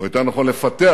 או יותר נכון לפתח